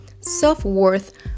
self-worth